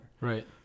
Right